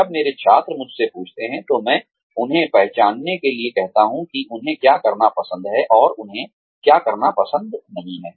जब मेरे छात्र मुझसे पूछते हैं तो मैं उन्हें पहचानने के लिए कहता हूं कि उन्हें क्या करना पसंद है और उन्हें क्या करना पसंद नहीं है